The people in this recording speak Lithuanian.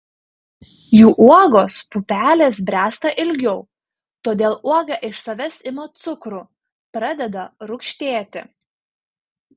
jų uogos pupelės bręsta ilgiau todėl uoga iš savęs ima cukrų pradeda rūgštėti